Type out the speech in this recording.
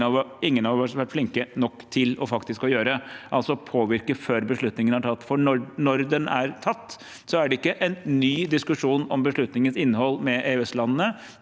ingen av oss har vært flinke nok til faktisk å gjøre, er å påvirke før beslutningen er tatt. For når den er tatt, er det ikke en ny diskusjon om beslutningens innhold med EØS-landene.